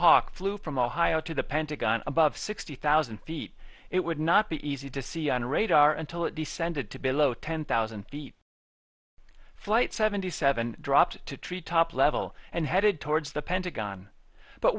hawk flew from ohio to the pentagon above sixty thousand feet it would not be easy to see on radar until it descended to below ten thousand feet flight seventy seven dropped to tree top level and headed towards the pentagon but